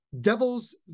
Devils